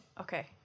Okay